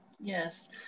Yes